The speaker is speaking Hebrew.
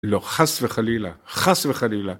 לא, חס וחלילה, חס וחלילה.